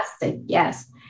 Yes